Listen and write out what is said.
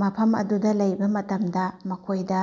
ꯃꯐꯝ ꯑꯗꯨꯗ ꯂꯩꯕ ꯃꯇꯝꯗ ꯃꯈꯣꯏꯗ